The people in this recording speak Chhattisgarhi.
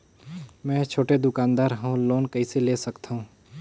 मे छोटे दुकानदार हवं लोन कइसे ले सकथव?